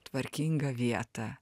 tvarkingą vietą